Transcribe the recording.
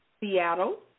Seattle